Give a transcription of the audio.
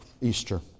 Easter